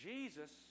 Jesus